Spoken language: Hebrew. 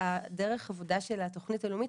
הדרך עבודה של התוכנית הלאומית,